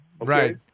Right